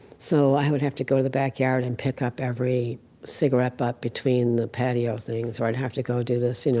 so i would have to go to the backyard and pick up every cigarette butt between the patio things. or i would have to go do this. you know